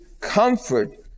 comfort